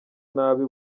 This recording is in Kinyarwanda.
nabi